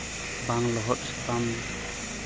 ᱵᱟᱝ ᱞᱚᱦᱚᱫ ᱥᱮ ᱵᱟᱢ